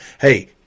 Hey